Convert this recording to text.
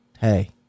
Hey